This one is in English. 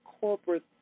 corporate